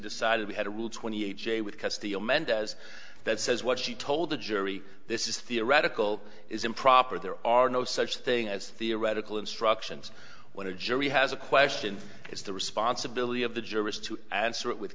decided we had a rule twenty eight j would cut steel mendez that says what she told the jury this is theoretical is improper there are no such thing as theoretical instructions when a jury has a question it's the responsibility of the jurors to answer it with